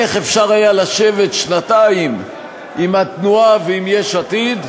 איך אפשר היה לשבת שנתיים עם התנועה ועם יש עתיד,